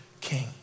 king